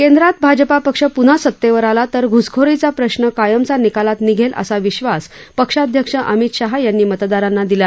केंद्रात भाजपा पक्ष पुन्हा सत्तेवर आला तर घुसखोरीचा प्रश्न कायमचा निकालात निघेल असा विश्वास पक्षाध्यक्ष अमित शहा यांनी मतदारांना दिला